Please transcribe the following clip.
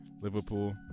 Liverpool